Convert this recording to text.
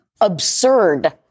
absurd